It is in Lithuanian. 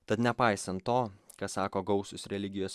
tad nepaisant to ką sako gausūs religijos